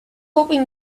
hoping